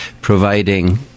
providing